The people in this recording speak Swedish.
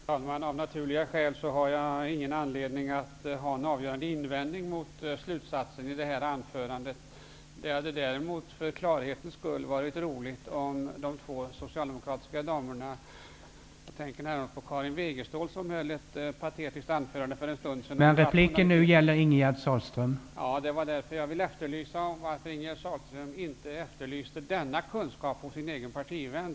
Herr talman! Av naturliga skäl har jag inte anledning att ha någon avgörande invändning mot slutsatsen i Ingegerd Sahlströms anförande. För klarhetens skull hade det dock varit roligt om de två socialdemokratiska damerna -- jag tänker då på Karin Wegestål, som höll ett patetiskt anförande för en stund sedan... Ja, jag ville fråga varför Ingegerd Sahlström inte efterlyste denna kunskap hos sin egen partivän.